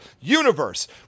universe